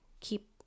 keep